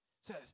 Says